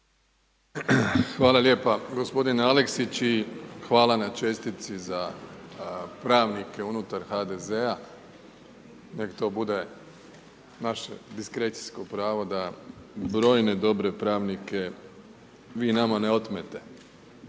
Hvala lijepa gospodine Aleksić i hvala na čestitci za pravnike unutar HDZ-a, nek to bude naše diskrecijsko pravo da brojne dobre pravnike vi nama ne otmete